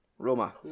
Roma